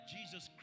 Jesus